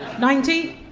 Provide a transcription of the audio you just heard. ninety?